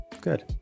Good